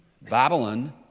Babylon